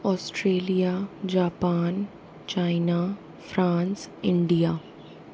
Australia Japan China France India